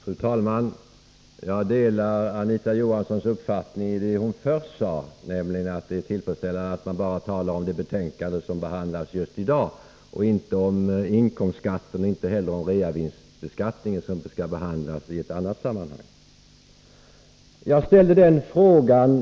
Fru talman! Jag delar Anita Johanssons uppfattning beträffande det hon först sade, nämligen att det är lämpligt att man talar bara om det betänkande som behandlas just i dag och inte om inkomstbeskattningen eller reavinstbeskattningen som skall behandlas i ett annat sammanhang.